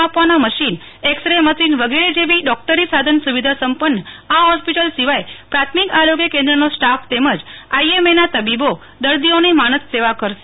માપવાના machine x ray machine વગેરે જેવી ડોકટરી સાધન સુવિધા સંપન્ન આ જ્રેસ્પિટલ સિવાય પ્રાથમિક આરોગ્ય કેન્દ્રનો સ્ટાફ તેમજ આઇએમએના તબીબો દર્દીઓની માનદ સેવા કરશે